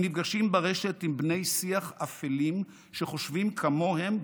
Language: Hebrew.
הם נפגשים ברשת עם בני שיח אפלים שחושבים כמוהם,